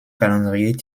calendrier